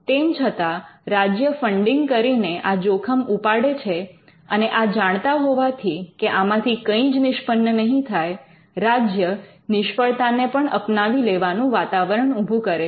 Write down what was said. તેમ છતાં રાજ્ય ફંડિંગ કરીને આ જોખમ ઉપાડે છે અને એ જાણતા હોવાથી કે આમાંથી કંઈ જ નિષ્પન્ન નહીં થાય રાજ્ય નિષ્ફળતાને પણ અપનાવી લેવાનું વાતાવરણ ઉભું કરે છે